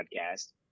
podcast